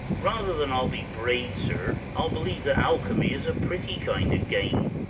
rather than i'll be brayed, sir, i'll believe that alchemy is a pretty kind of game,